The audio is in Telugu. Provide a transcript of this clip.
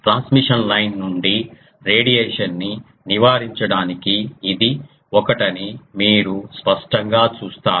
ట్రాన్స్మిషన్ లైన్ నుండి రేడియేషన్ ని నివారించడానికి ఇది ఒకటని మీరు స్పష్టంగా చూస్తారు